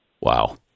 Wow